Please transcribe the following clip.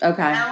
Okay